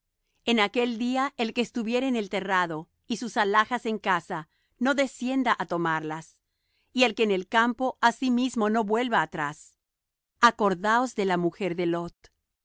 en aquel día el que estuviere en el terrado y sus alhajas en casa no descienda á tomarlas y el que en el campo asimismo no vuelva atrás acordaos de la mujer de lot